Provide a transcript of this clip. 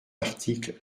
articles